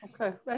okay